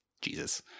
jesus